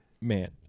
Man